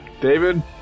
David